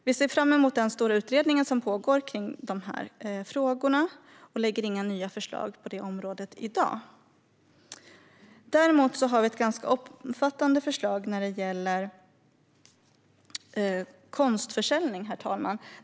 Vi ser fram emot den stora utredning som pågår om dessa frågor och lägger inte fram några nya förslag på detta område i dag. Däremot har vi ett ganska omfattande förslag när det gäller konstförsäljning.